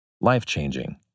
life-changing